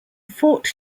fort